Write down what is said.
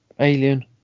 alien